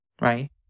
right